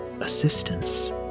assistance